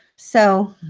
so